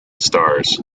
stars